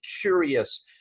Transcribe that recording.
curious